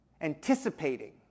anticipating